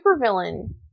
supervillain